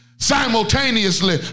Simultaneously